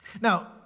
Now